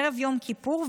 בערב יום כיפור,